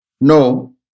No